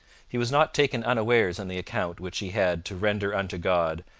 he was not taken unawares in the account which he had to render unto god,